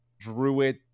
druid